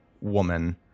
woman